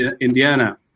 Indiana